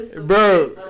Bro